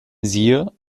siehe